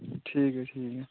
ठीक ऐ ठीक ऐ